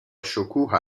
شکوه